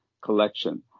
collection